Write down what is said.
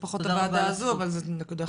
זה פחות בוועדה הזו אבל זו נקודה חשובה.